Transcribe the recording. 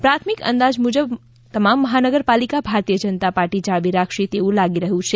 પ્રાથમિક અંદાજ મુજબ તમામ મહાનગરપાલિકા ભારતીય જનતા પાર્ટી જાળવી રાખશે તેવું લાગી રહ્યું છે